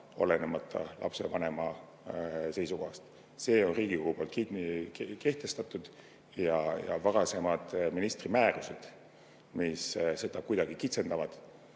olenemata lapsevanema seisukohast. See on Riigikogu kehtestatud seadus ja varasemad ministri määrused, mis seda kuidagi kitsendavad,